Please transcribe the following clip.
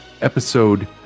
episode